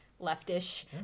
leftish